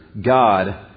God